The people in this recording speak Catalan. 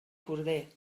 corder